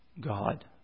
god